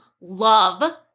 love